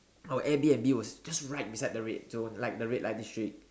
our Airbnb was just beside the red zone like the red light district